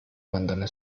abandone